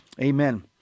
Amen